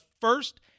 first